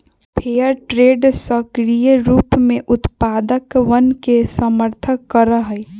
fair trade सक्रिय रूप से उत्पादकवन के समर्थन करा हई